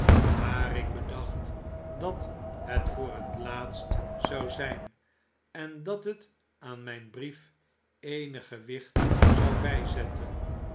maar ik bedacht dat het voor het laatst zou zyn en dat het aan myn brief eenig gewicht zou byzetten